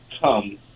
come